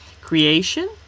Creation